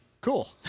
Cool